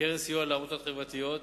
קרן סיוע לעמותות חברתיות,